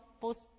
post